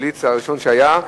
בבליץ הראשון שהיה.